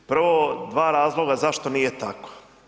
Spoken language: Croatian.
Prvo, dva razloga zašto nije tako.